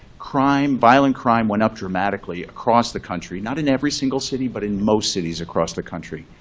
crime violent crime went up dramatically across the country. not in every single city, but in most cities across the country.